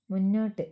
മുന്നോട്ട്